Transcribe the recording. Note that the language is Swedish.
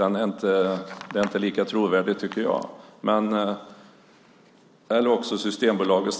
Den är inte lika trovärdig, tycker jag. Vi har också Systembolaget,